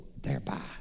thereby